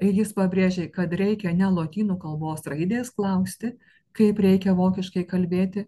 ir jis pabrėžė kad reikia ne lotynų kalbos raidės klausti kaip reikia vokiškai kalbėti